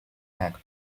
egg